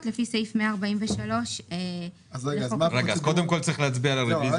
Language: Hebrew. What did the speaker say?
לפי סעיף 143. קודם צריך להצביע הרביזיה.